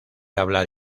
hablar